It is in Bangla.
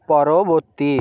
পরবর্তী